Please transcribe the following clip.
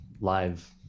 live